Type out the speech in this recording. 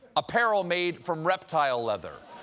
apparel made from reptile leather,